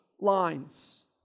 lines